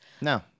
no